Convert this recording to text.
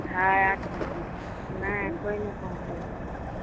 हॅं नहि कोई नहि पहुँचलै हँ